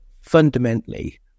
fundamentally